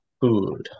food